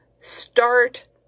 start